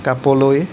কাপলৈ